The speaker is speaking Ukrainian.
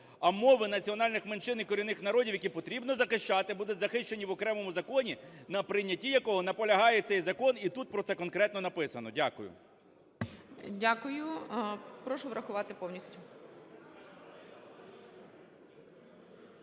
А мови національних меншин і корінних народів, які потрібно захищати, будуть захищені в окремому законі, на прийнятті якого наполягає цей закон, і тут про це конкретно написано. Дякую. ГОЛОВУЮЧИЙ. Дякую. Прошу врахувати повністю.